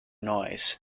noise